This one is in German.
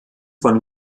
von